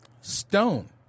Stone